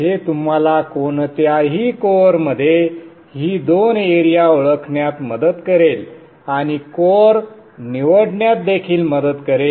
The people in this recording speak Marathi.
हे तुम्हाला कोणत्याही कोअरमध्ये ही दोन एरिया ओळखण्यात मदत करेल आणि कोअर निवडण्यात देखील मदत करेल